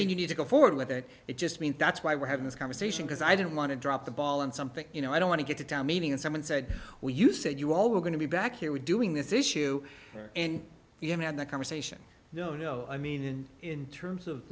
main you need to go forward with it it just means that's why we're having this conversation because i don't want to drop the ball on something you know i don't want to get to town meeting and someone said well you said you all we're going to be back here we doing this issue and you had the conversation no no i mean in in terms of